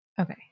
okay